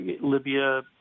Libya